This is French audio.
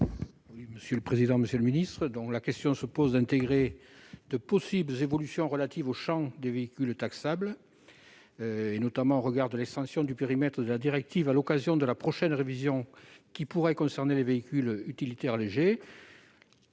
Quel est l'avis de la commission ? La question se pose d'intégrer de possibles évolutions relatives au champ des véhicules taxables, notamment au regard de l'extension du périmètre de la directive européenne à l'occasion de sa prochaine révision, qui pourrait concerner les véhicules utilitaires légers.